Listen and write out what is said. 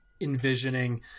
envisioning